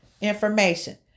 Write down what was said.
information